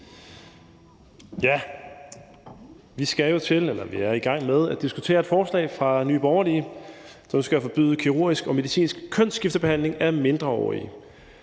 tak, formand. Vi er jo i gang med at diskutere et forslag fra Nye Borgerlige om at forbyde kirurgisk og medicinsk kønsskiftebehandling af mindreårige,